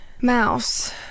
Mouse